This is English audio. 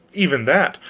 even that.